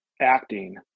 acting